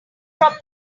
from